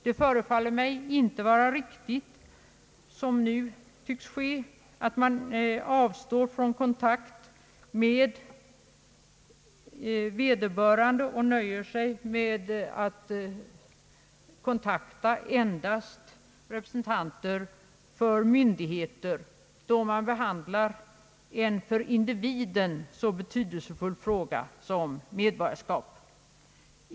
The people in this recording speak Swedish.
Det förefaller mig inte vara riktigt att man, som nu sker, avstår från kontakt med vederbörande och nöjer sig med att kontakta endast representanter för myndigheter, då man behandlar en för individen så betydelsefull fråga som medborgarskap.